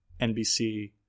NBC